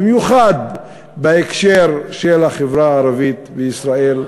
במיוחד בהקשר של החברה הערבית בישראל,